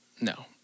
No